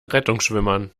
rettungsschwimmern